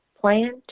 plan